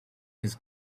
this